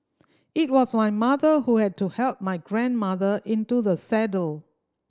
it was my mother who had to help my grandmother into the saddle